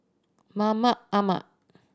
Mahmud Ahmad